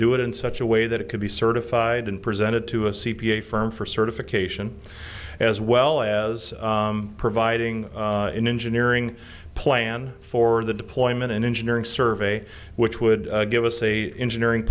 do it in such a way that it could be certified and presented to a c p a firm for certification as well as providing an engineering plan for the deployment and engineering survey which would give us a engineering